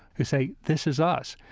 who say, this is us.